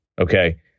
okay